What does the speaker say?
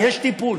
אם יש טיפול,